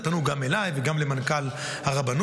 פנו גם אליי וגם למנכ"ל הרבנות,